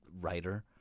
writer